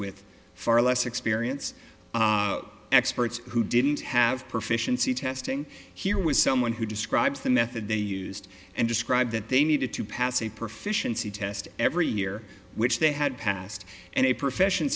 with far less experience experts who didn't have proficiency testing here was someone who describes the method they used and described that they needed to pass a proficiency test every year which they had passed and a profession